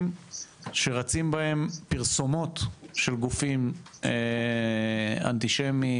שרצים בהם פרסומות של גופים אנטישמיים,